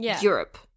Europe